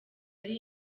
ari